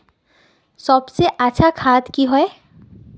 सबसे अच्छा खाद की होय?